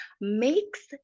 makes